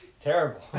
terrible